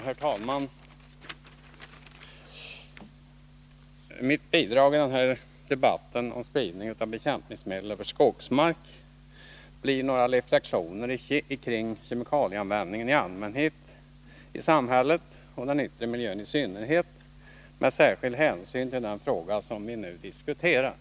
Herr talman! Mitt bidrag i den här debatten om spridning av bekämp Torsdagen den ningsmedel över skogsmark blir några reflexioner kring kemikalieanvänd 10 december 1981 ningen i allmänhet i samhället och i den yttre miljön i synnerhet, med särskild = hänsyn till den fråga vi nu diskuterar.